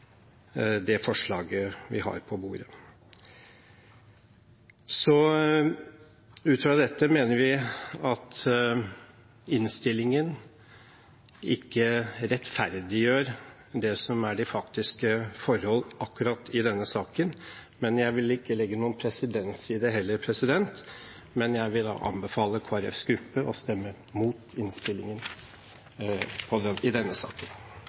det forslaget vi har på bordet. Ut fra dette mener vi at innstillingen ikke rettferdiggjør det som er de faktiske forhold akkurat i denne saken, men jeg vil ikke legge noen presedens i det heller. Jeg vil imidlertid anbefale Kristelig Folkepartis gruppe å stemme mot innstillingen i denne saken.